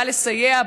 בא לסייע,